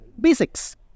Basics